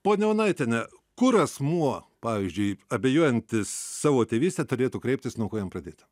ponia onaitiene kur asmuo pavyzdžiui abejojantis savo tėvyste turėtų kreiptis nuo ko jam pradėti